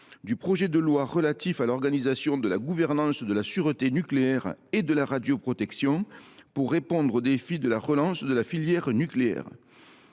du projet de loi relatif à l’organisation de la gouvernance de la sûreté nucléaire et de la radioprotection pour répondre au défi de la relance de la filière nucléaire,